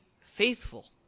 faithful